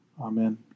Amen